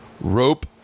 rope